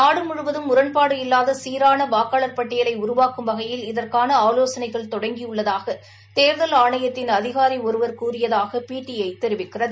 நாடுமுழுவதும் முரண்பாடு இல்லாத சீரான வாக்காளர் பட்டியலை உருவாக்கும் வகையில் இதற்கான ஆவோசனைகள் தொடங்கியுள்ளதாக தேர்தல் ஆணையத்தின் அதிகாரி ஒருவர் கூறியதாக பிடிஐ தெரிவிக்கிறது